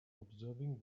observing